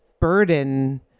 burden